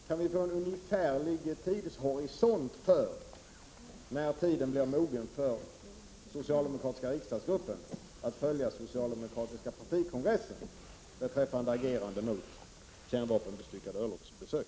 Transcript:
Kan vi få en ungefärlig tidshorisont för när tiden blir mogen för den socialdemokratiska riksdagsgruppen att följa den socialdemokratiska partikongressen beträffande agerandet mot kärnvapenbestyckade örlogsbesök?